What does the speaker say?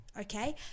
Okay